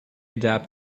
adapt